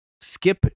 skip